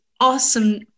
awesome